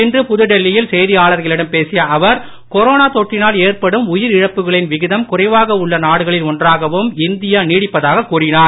இன்று புதுடெல்லியில் செய்தியாளர்களிடம் பேசிய அவர் கொரோனா தொற்றினால் ஏற்படும் உயிரிழப்புகளின் விகிதம் குறைவாக உள்ள நாடுகளில் ஒன்றாகவும் இந்தியா நீடிப்பதாக கூறினார்